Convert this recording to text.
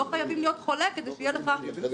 אתה לא חייב להיות חולה כדי שיהיה לך שדה